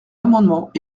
l’amendement